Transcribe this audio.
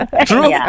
True